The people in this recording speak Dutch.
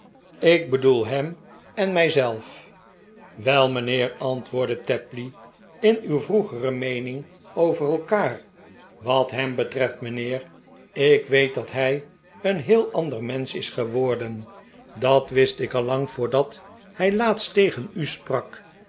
ik bedoel hem en mij zelf wel mijnheer antwoordde tapley in uw vroegere meening over elkaar wat hem betreft mijnheer ik weet dat hij een heel ander mensch is geworden dat wist ik al lang voordat hij laatst tegen u sprak